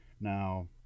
Now